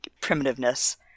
primitiveness